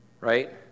right